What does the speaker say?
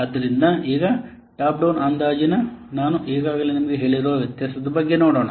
ಆದ್ದರಿಂದ ಈಗ ಈ ಟಾಪ್ ಡೌನ್ ಅಂದಾಜಿನ ನಾನು ಈಗಾಗಲೇ ನಿಮಗೆ ಹೇಳಿರುವ ವ್ಯತ್ಯಾಸದ ಬಗ್ಗೆ ನೋಡೋಣ